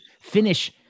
finish